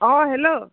অঁ হেল্ল'